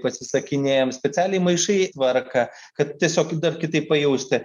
pasisakinėjam specialiai maišai tvarką kad tiesiog dar kitaip pajausti